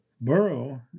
Burrow